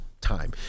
time